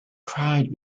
cried